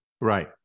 right